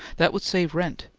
that would save rent,